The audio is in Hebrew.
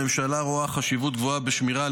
הממשלה רואה חשיבות גבוהה בשמירה על